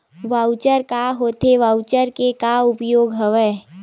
Voucher का होथे voucher के का उपयोग हवय?